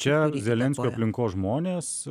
čia zelenskio aplinkos žmonės